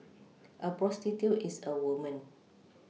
a prostitute is a woman